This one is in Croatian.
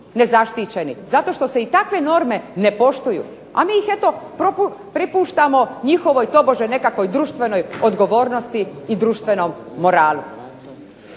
nezaštićeni. Zato što se i takve norme ne poštuju, a mi ih eto prepuštamo njihovoj tobože nekakvoj društvenoj odgovornosti i društvenom moralu.